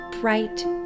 bright